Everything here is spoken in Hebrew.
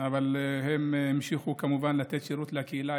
אבל הם המשיכו כמובן לתת שירות לקהילה.